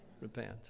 Repent